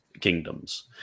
kingdoms